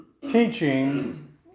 teaching